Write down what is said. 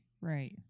Right